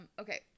Okay